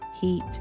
heat